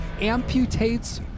amputates